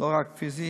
לא רק פיזי,